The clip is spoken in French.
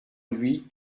lui